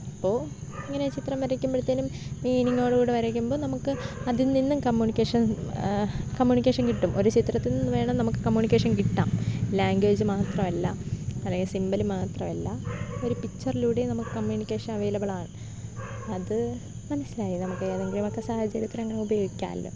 അപ്പോൾ ഇങ്ങനെ ചിത്രം വരക്കുമ്പോഴത്തേനും മീനിങ്ങോടു കൂടി വരക്കുമ്പം നമുക്ക് അതില് നിന്നും കമ്മ്യൂണിക്കേഷന് കമ്മ്യൂണിക്കേഷന് കിട്ടും ഒരു ചിത്രത്തില് നിന്നു വേണം നമുക്ക് കമ്മ്യൂണിക്കേഷന് കിട്ടാം ലാംഗ്വേജ് മാത്രം അല്ല അതായത് സിമ്പൽ മാത്രം അല്ല ഒരു പിക്ച്ചറിലൂടെയും നമുക്ക് കമ്മ്യൂണിക്കേഷന് അവൈലബിളാണ് അത് മനസ്സിലായി നമുക്കേതെങ്കിലുമൊക്കെ സാഹചര്യത്തിലങ്ങനെ ഉപയോഗിക്കാമല്ലോ